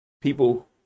people